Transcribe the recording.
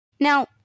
Now